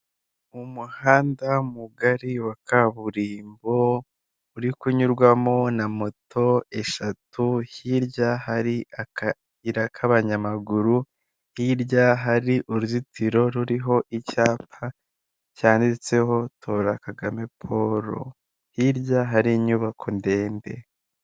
Uyu ni umugabo wambaye ingofero n'umupira w;umukara n'ipantaro n'inkweto z'umukara, akaba ari mucyumba kinini gifite itara ry'umweru ndetse gifite n'inkuta zisa umweru, akaba ari impande y'imodoka.